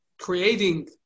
creating